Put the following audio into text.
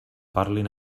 parlin